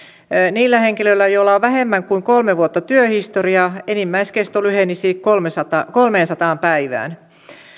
niillä henkilöillä joilla on vähemmän kuin kolme vuotta työhistoriaa enimmäiskesto lyhenisi kolmeensataan päivään